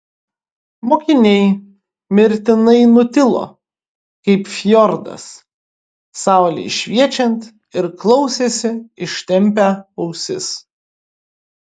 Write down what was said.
mokiniai mirtinai nutilo kaip fjordas saulei šviečiant ir klausėsi ištempę ausis